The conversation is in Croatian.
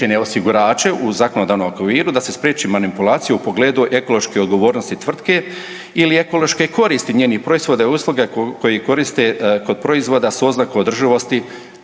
osigurače u zakonodavnom okviru da se spriječi manipulacija u pogledu ekološke odgovornosti tvrtke ili ekološke koristi njenih proizvoda i usluga koje koriste kod proizvoda s oznakom održivosti,